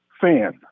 fan